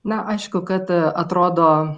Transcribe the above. na aišku kad atrodo